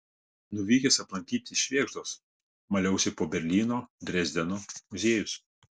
nuvykęs aplankyti švėgždos maliausi po berlyno drezdeno muziejus